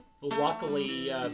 luckily